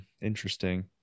Interesting